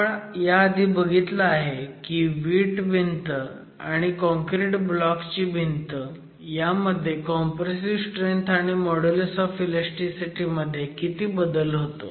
आपण या आधी बघितलं आहे की वीट भिंत आणि काँक्रिट ब्लॉक भिंत यांमध्ये कॉम्प्रेसिव्ह स्ट्रेंथ आणि मॉड्युलस ऑफ ईलॅस्टीसिटी मध्ये किती बदल होतो